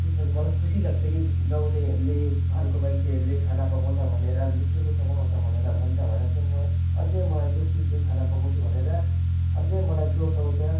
त्यसपछि मलाई खुसी लाग्छ कि गाउँलेहरूले घरको मान्छेहरूले खाना पकाउँछ भनेर मिठोमिठो बनाउँछ भनेर भन्छ भने चाहिँ म अझै मलाई जोसिन्छु खाना पकाउँछु भनेर अझै मलाई जोस आउँछ